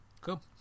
Cool